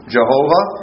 Jehovah